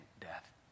death